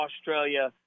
Australia